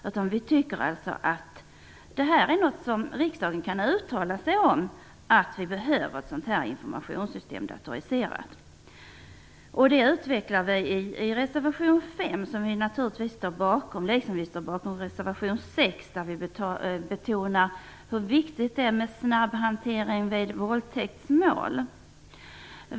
Att det behövs ett sådant datoriserat informationssystem är något som riksdagen kan uttala sig om. Det utvecklar vi i reservation 5, som vi naturligtvis står bakom, liksom vi står bakom reservation 6, där vi betonar hur viktigt det är med snabb hantering av våldtäktsmål.